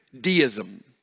deism